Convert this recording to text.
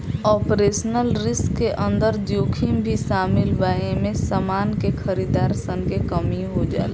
operational risk के अंदर जोखिम भी शामिल बा एमे समान के खरीदार सन के कमी हो जाला